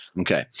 Okay